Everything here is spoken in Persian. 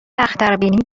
اختربینی